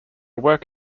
work